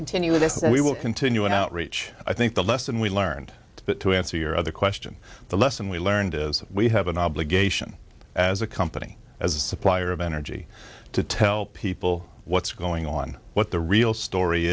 continue with this we will continue an outreach i think the lesson we learned to answer your other question the lesson we learned is we have an obligation as a company as a supplier of energy to tell people what's going on what the real story